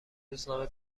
روزنامه